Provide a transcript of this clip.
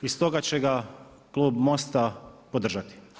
I s toga će ga klub MOST-a podržati.